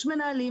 יש מנהלים,